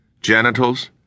Genitals